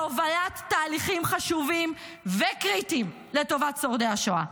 בהובלת תהליכים חשובים וקריטיים לטובת שורדי השואה.